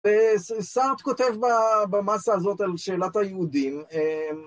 וסארט כותב במסה הזאת על שאלת היהודים